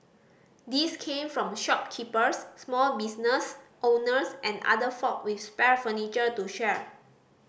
these came from shopkeepers small business owners and other folk with spare furniture to share